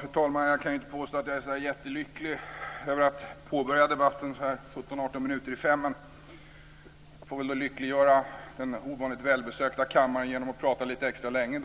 Fru talman! Jag kan inte påstå att jag är jättelycklig över att påbörja debatten 17-18 minuter i 5, men jag får väl då lyckliggöra den ovanligt välbesökta kammaren genom att prata extra länge,